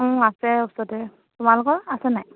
আছে ওচৰতে তোমালোকৰ আছেনে